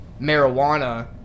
marijuana